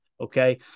okay